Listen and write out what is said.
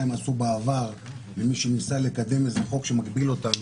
הן עשו בעבר ומי שניסה לקדם איזה חוק שמגביל אותנו,